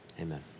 Amen